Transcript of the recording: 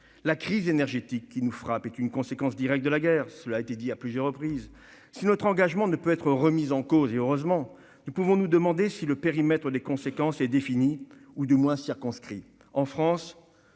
La crise énergétique qui nous frappe est une conséquence directe de la guerre- cela a été dit à plusieurs reprises. Si notre engagement ne peut être remis en cause- heureusement ! -nous pouvons nous demander si le périmètre des conséquences est défini, ou du moins circonscrit. En France,